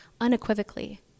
unequivocally